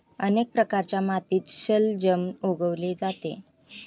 अनेक प्रकारच्या मातीत शलजम उगवले जाते